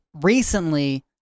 recently